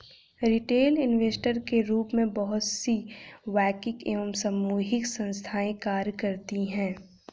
retail investor के रूप में बहुत सी वैयक्तिक एवं सामूहिक संस्थाएं कार्य करती हैं